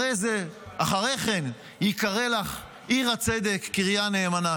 "אחרי כן יִקָּרא לך עיר הצדק קריה נאמנה".